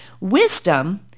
wisdom